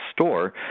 store